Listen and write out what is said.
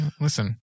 Listen